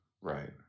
Right